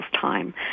time